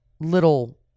little